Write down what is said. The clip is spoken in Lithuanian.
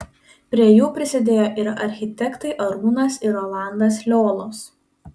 prie jų prisidėjo ir architektai arūnas ir rolandas liolos